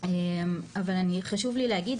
אבל חשוב לי להגיד,